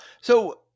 So-